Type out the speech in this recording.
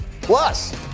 Plus